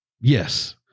Yes